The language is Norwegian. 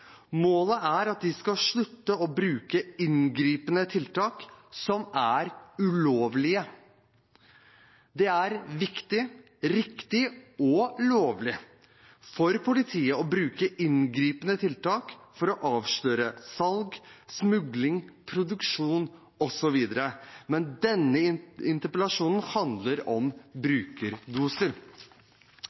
Målet er at de skal slutte å bruke inngripende tiltak som er ulovlige. Det er viktig, riktig og lovlig for politiet å bruke inngripende tiltak for å avsløre salg, smugling, produksjon osv., men denne interpellasjonen handler om brukerdoser.